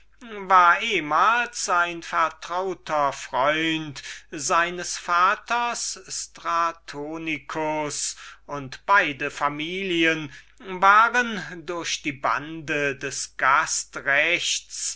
war ein vertrauter freund seines vaters stratonicus gewesen ihre beiden familien waren durch die bande des